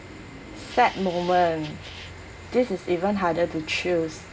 sad moment this is even harder to choose